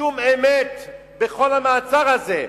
שום אמת בכל המעצר הזה.